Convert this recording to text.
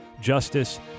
justice